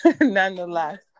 nonetheless